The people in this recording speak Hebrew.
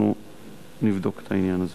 אנחנו נבדוק את העניין הזה.